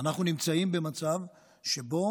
אנחנו נמצאים במצב שבו